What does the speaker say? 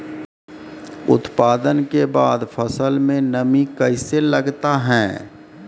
उत्पादन के बाद फसल मे नमी कैसे लगता हैं?